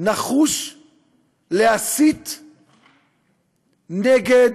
נחוש להסית נגד,